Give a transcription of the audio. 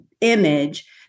image